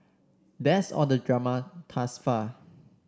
that's all the drama thus far